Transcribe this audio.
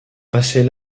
passez